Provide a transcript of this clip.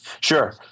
Sure